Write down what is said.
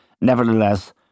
Nevertheless